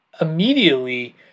immediately